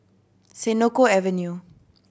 Senoko Avenue